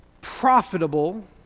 profitable